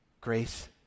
Grace